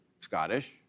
Scottish